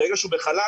ברגע שהוא בחל"ת,